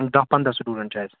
داہ پَنٛداہ سُٹوٗڈَنٛت چھِ اَسہِ